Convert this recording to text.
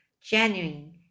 genuine